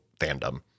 fandom